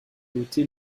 voté